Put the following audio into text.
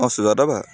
অঁ সুজাতা বা